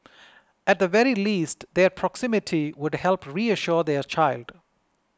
at the very least their proximity would help reassure their child